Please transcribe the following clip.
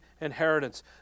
inheritance